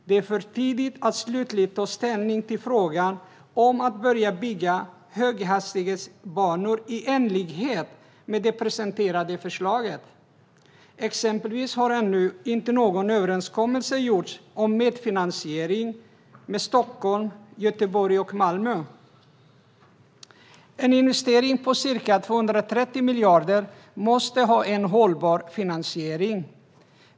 Det är för tidigt att ta slutlig ställning till frågan om att börja bygga höghastighetsbanor i enlighet med det presenterade förslaget. Exempelvis har ingen överenskommelse gjorts om medfinansiering med Stockholm, Göteborg och Malmö ännu. En investering på ca 230 miljarder måste ha en hållbar finansiering.